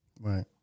right